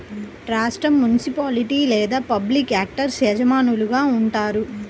రాష్ట్రం, మునిసిపాలిటీ లేదా public actors యజమానులుగా ఉంటారు